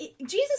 Jesus